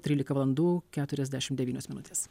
trylika valandų keturiasdešimt devynios minutės